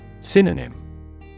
Synonym